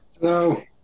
Hello